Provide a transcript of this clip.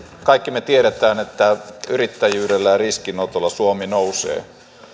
kaikki me tiedämme että yrittäjyydellä ja riskinotolla suomi nousee